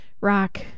rock